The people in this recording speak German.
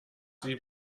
sie